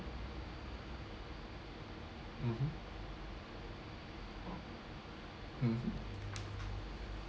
mmhmm mmhmm